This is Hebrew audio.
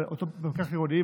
אבל פקח עירוני,